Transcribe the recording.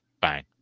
Bang